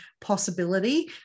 possibility